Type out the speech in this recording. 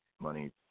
money